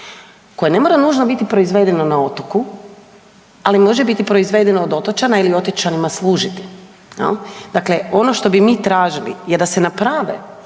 koje ne mora nužno biti proizveden na otoku, ali može biti proizvedeno od otočana ili otočanima služiti. Dakle, ono što bi mi tražili je da se naprave